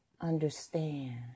understand